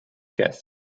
gas